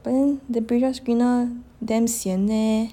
but then temperature screener damn sian leh